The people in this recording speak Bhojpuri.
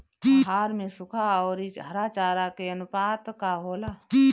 आहार में सुखा औरी हरा चारा के आनुपात का होला?